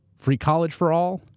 free college for all,